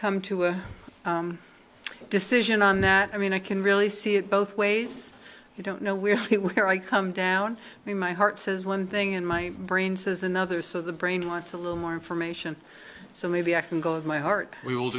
come to a decision on that i mean i can really see it both ways you don't know where it where i come down i mean my heart says one thing in my brain says another so the brain want to little more information so maybe i can go of my heart